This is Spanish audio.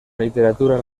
literatura